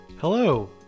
Hello